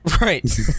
Right